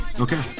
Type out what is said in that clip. Okay